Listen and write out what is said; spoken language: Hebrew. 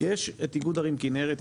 יש את איגוד ערים כנרת,